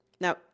Now